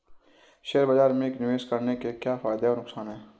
Share बाज़ार में निवेश करने के क्या फायदे और नुकसान हैं?